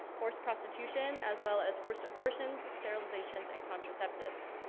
forced prostitution as well as forced abortions, sterilizations and contraceptives.